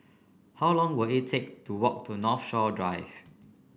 how long will it take to walk to Northshore Drive